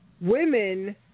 Women